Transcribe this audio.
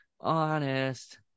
Honest